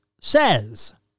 says